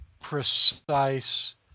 precise